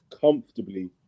comfortably